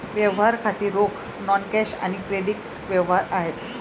व्यवहार खाती रोख, नॉन कॅश आणि क्रेडिट व्यवहार आहेत